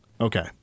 Okay